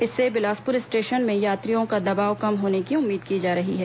इससे बिलासपुर स्टेशन में यात्रियों का दबाव कम होने की उम्मीद की जा रही है